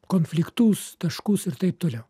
konfliktus taškus ir taip toliau